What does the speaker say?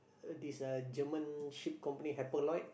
this uh German ship company Hapag-Lloyd